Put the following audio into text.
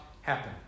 happen